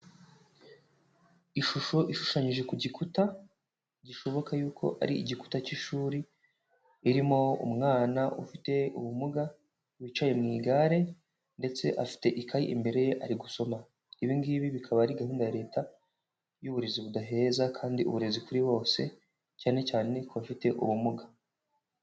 Ishusho ishushanyije ku gikuta gishoboka yuko ari igikuta cy'ishuri, irimo umwana ufite ubumuga wicaye mu igare ndetse afite ikayi imbere ye ari gusoma. Ibi ngibi bikaba ari gahunda ya leta y'uburezi budaheza kandi uburezi kuri bose, cyane cyane ku bafite ubumuga.